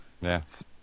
Yes